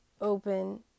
open